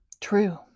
true